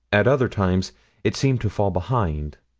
at other times it seemed to fall behind.